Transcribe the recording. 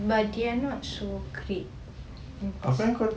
but they are not so great in person